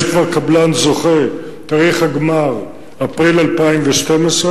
יש כבר קבלן זוכה, תאריך הגמר: אפריל 2012,